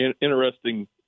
interesting